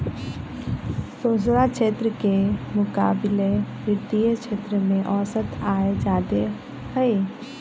दोसरा क्षेत्र के मुकाबिले वित्तीय क्षेत्र में औसत आय जादे हई